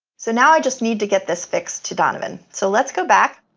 so now i just need to get this fixed to donovan. so let's go back